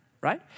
right